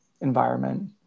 environment